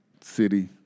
city